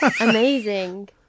amazing